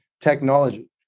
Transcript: technology